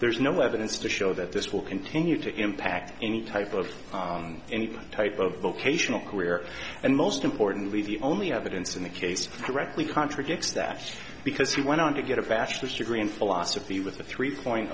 there is no evidence to show that this will continue to impact any type of any type of vocational career and most importantly the only evidence in the case directly contradicts that because he went on to get a fascist degree in philosophy with the three point